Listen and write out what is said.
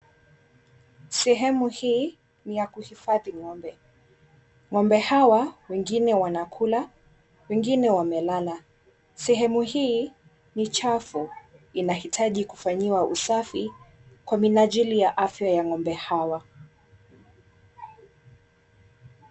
Sehemu hii ni ya kuhifadhi ng'ombe. Ng'ombe hawa wengine wanakula wengine wamelala, sehemu hii ni chafu inahitaji kufanyiwa usafi kwa minajili ya afya ya ng'ombe hawa.